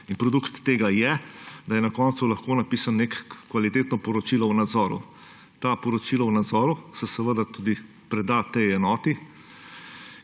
Rezultat tega je, da je na koncu lahko napisano neko kvalitetno poročilo o nadzoru. To poročila o nadzoru se preda tej enoti,